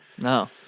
No